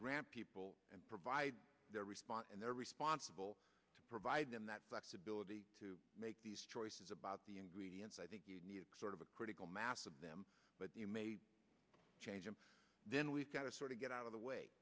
people and provide their response and they're responsible to provide them that flexibility to make these choices about the ingredients i think you need sort of a critical mass of them but you make a change and then we've got to sort of get out of the way